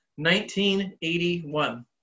1981